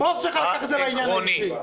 הבוס שלך לקח את זה לעניין האישי.